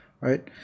right